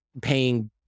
paying